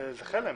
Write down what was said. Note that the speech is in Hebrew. זה חלם.